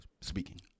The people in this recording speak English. speaking